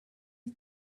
ate